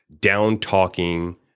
down-talking